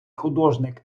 художник